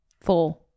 Four